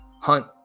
hunt